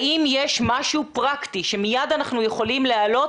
האם יש משהו פרקטי שמייד אנחנו יכולים להעלות